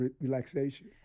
relaxation